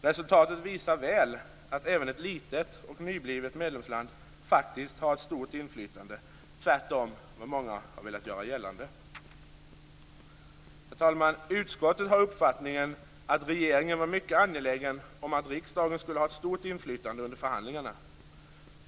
Resultatet visar väl att även ett litet och nyblivet medlemsland faktiskt har ett stort inflytande, tvärtom vad många har velat göra gällande. Herr talman! Utskottet har uppfattningen att regeringen var mycket angelägen om att riksdagen skulle ha ett stort inflytande under förhandlingarna.